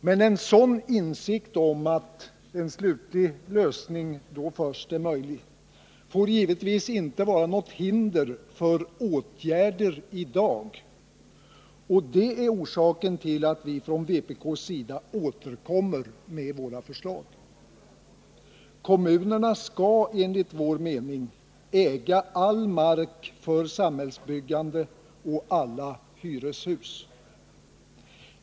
Men en sådan insikt — att en slutlig lösning då först är möjlig — får givetvis inte vara något hinder för åtgärder i dag, och det är orsaken till att vi från vpk:s sida återkommer med våra förslag. Kommunerna skall enligt vår mening äga all mark för samhällsbyggande och alla hyreshus.